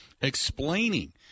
explaining